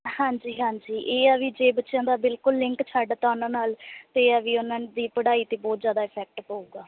ਹਾਂਜੀ ਹਾਂਜੀ ਇਹ ਆ ਵੀ ਜੇ ਬੱਚਿਆਂ ਦਾ ਬਿਲਕੁਲ ਲਿੰਕ ਛੱਡਤਾ ਉਹਨਾਂ ਨਾਲ ਤਾਂ ਇਹ ਹੈ ਵੀ ਉਹਨਾਂ ਦੀ ਪੜ੍ਹਾਈ 'ਤੇ ਬਹੁਤ ਜ਼ਿਆਦਾ ਇਫੈਕਟ ਪਊਗਾ